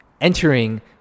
entering